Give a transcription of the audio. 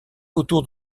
autour